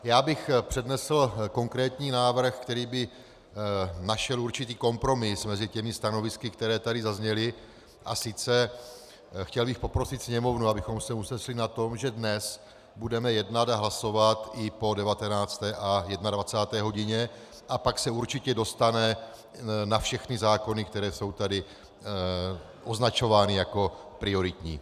Já bych přednesl konkrétní návrh, který by naše určitý kompromis mezi těmi stanovisky, která tady zazněla, a sice chtěl bych poprosit sněmovnu, abychom se usnesli na tom, že dnes budeme jednat a hlasovat i po 19. a 21. hodině, a pak se určitě dostane na všechny zákony, které jsou tady označovány jako prioritní.